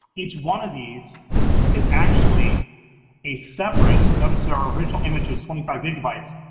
each one of these is actually a separate. notice our original image was twenty five gigabytes,